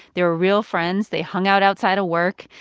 they were real friends. they hung out outside of work.